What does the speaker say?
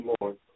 Lord